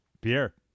Pierre